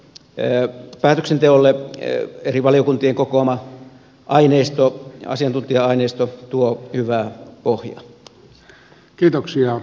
tälle päätöksenteolle eri valiokuntien kokoama asiantuntija aineisto tuo hyvää pohjaa